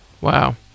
Wow